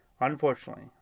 Unfortunately